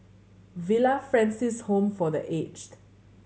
Villa Francis Home for The Aged